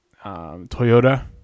Toyota